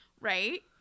Right